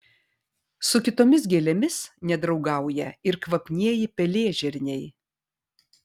su kitomis gėlėmis nedraugauja ir kvapnieji pelėžirniai